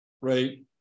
Right